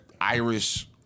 Irish